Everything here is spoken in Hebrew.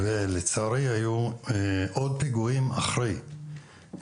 ולצערי היו עוד פיגועים אחרי כן,